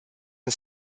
and